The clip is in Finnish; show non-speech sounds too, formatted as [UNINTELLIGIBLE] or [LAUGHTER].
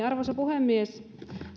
[UNINTELLIGIBLE] arvoisa puhemies